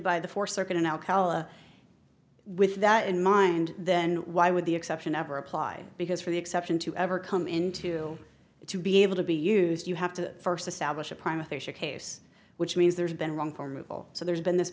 by the four circuit a now calla with that in mind then why would the exception ever apply because for the exception to ever come into it to be able to be used you have to first establish a prime official case which means there's been wrong form of all so there's been this